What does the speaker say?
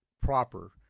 proper